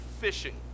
fishing